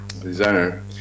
Designer